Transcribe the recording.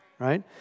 right